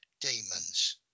demons